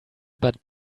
but